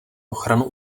ochranu